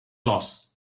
laws